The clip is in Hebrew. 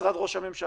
למשרד ראש הממשלה: